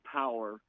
power